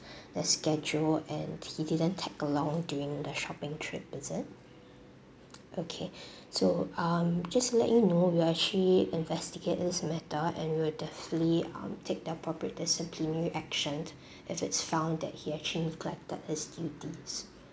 the schedule and he didn't tag along during the shopping trip is it okay so um just to let you know we are actually investigate this matter and we will definitely um take the appropriate disciplinary action if it's found that he actually neglected his duties